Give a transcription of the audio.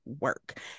work